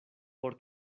por